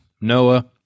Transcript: Noah